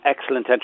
excellent